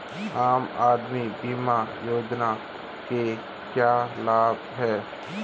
आम आदमी बीमा योजना के क्या लाभ हैं?